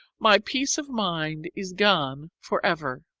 my peace of mind is gone for ever